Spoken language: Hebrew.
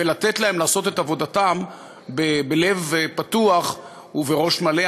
ולתת להן לעשות את עבודתן בלב פתוח ובראש מלא.